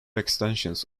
extensions